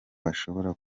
bashobora